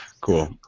Cool